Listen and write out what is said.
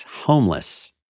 homeless